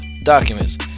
documents